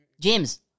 James